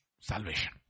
salvation